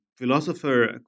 philosopher